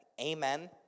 Amen